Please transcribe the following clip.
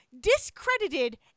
discredited